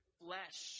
flesh